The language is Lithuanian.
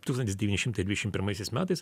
tūkstantis devyni šimtai dvidešim pirmaisiais metais